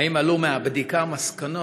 2. האם עלו מהבדיקה מסקנות